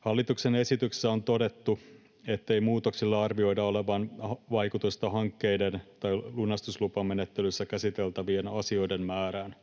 Hallituksen esityksessä on todettu, ettei muutoksilla arvioida olevan vaikutusta hankkeiden tai lunastuslupamenettelyssä käsiteltävien asioiden määrään.